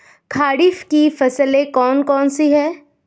खरीफ की फसलें कौन कौन सी हैं?